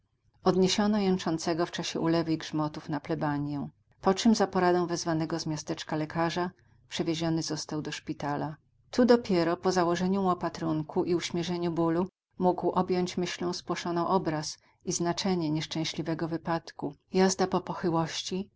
nogę odniesiono jęczącego w czasie ulewy i grzmotów na plebanię po czym za poradą wezwanego z miasteczka lekarza przewieziony został do szpitala tu dopiero po założeniu mu opatrunku i uśmierzeniu bólu mógł objąć myślą spłoszoną obraz i znaczenie nieszczęśliwego wypadku